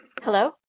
Hello